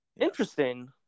Interesting